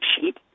sheet